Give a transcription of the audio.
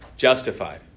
justified